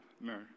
No